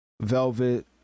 Velvet